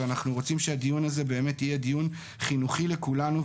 אנחנו רוצים שהדיון הזה באמת יהיה דיון חינוכי לכולנו.